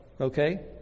Okay